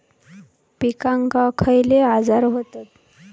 पिकांक खयले आजार व्हतत?